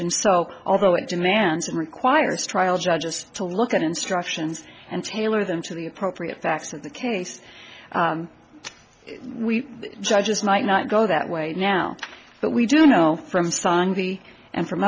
and so although it demands and requires trial judges to look at instructions and tailor them to the appropriate facts of the case we judges might not go that way now but we do know from stanley and from